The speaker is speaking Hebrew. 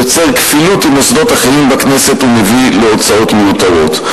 יוצר כפילות עם מוסדות אחרים בכנסת ומביא להוצאות מיותרות.